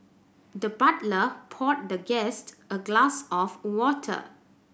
the butler poured the guest a glass of water